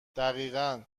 دقیقا